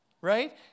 right